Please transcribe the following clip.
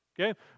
Okay